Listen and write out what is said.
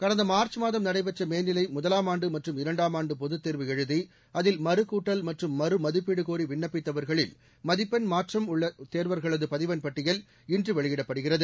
கடந்த மார்ச் மாதம் நடைபெற்ற மேல்நிலை முதலாமாண்டு மற்றும் இரண்டாமாண்டு பொதுத் தேர்வு எழுதி அதில் மறுகூட்டல் மற்றும் மறுமதிப்பீடு கோரி வின்ணப்பித்தவர்களில் மதிப்பெண் மாற்றம் உள்ள தேர்வர்களது பதிவெண் பட்டியல் இன்று வெளியிடப்படுகிறது